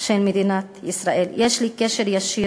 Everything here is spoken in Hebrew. של מדינת ישראל, יש לי קשר ישיר,